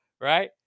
right